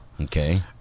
Okay